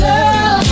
Girl